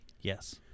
Yes